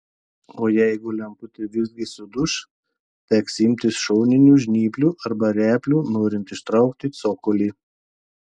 o jeigu lemputė visgi suduš teks imtis šoninių žnyplių arba replių norint ištraukti cokolį